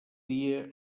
dia